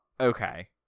Okay